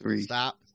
stop